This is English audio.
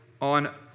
on